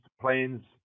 plans